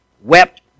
wept